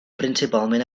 principalment